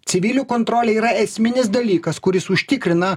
civilių kontrolė yra esminis dalykas kuris užtikrina